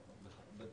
וחברי הוועדה.